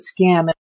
scam